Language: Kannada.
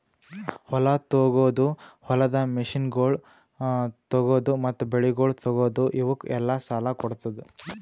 ಹೊಲ ತೊಗೋದು, ಹೊಲದ ಮಷೀನಗೊಳ್ ತೊಗೋದು, ಮತ್ತ ಬೆಳಿಗೊಳ್ ತೊಗೋದು, ಇವುಕ್ ಎಲ್ಲಾ ಸಾಲ ಕೊಡ್ತುದ್